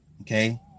okay